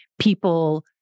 people